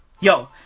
Yo